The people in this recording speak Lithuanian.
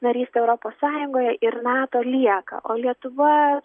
narystė europos sąjungoje ir nato lieka o lietuva